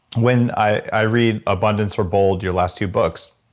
when i read abundance or bold, your last two books